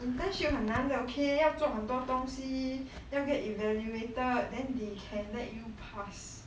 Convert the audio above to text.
internship 很难得 okay 要做很多东西 then 要 get evaluated then they can let you pass